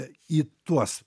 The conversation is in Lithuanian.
į tuos